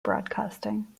broadcasting